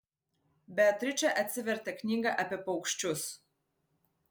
beatričė atsivertė knygą apie paukščius